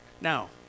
Now